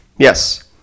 Yes